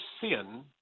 sin